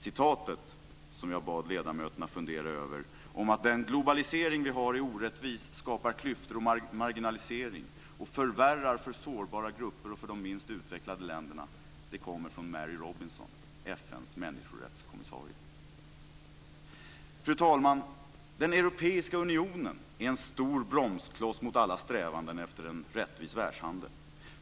Citatet som jag bad ledamöterna fundera över om att den globalisering vi har är orättvis, skapar klyftor och marginalisering och förvärrar för sårbara grupper och för de minst utvecklade länderna kommer från Fru talman! Den europeiska unionen är en stor bromskloss mot alla strävanden efter en rättvis världshandel.